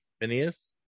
phineas